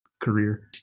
career